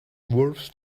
wolves